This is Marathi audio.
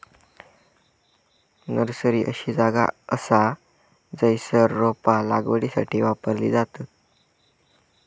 नर्सरी अशी जागा असा जयसर रोपा लागवडीसाठी वापरली जातत